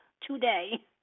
Today